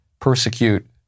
persecute